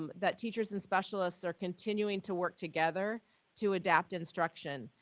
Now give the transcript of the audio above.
that teachers and specialists are continuing to work together to adapt instruction.